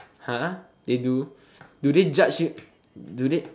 !huh! they do do they judge you do they